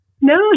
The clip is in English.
No